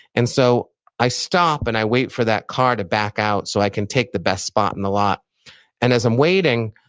and so i stop and i wait for that car to back out so i can take the best spot in the lot and as i'm waiting,